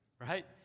right